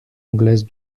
anglaise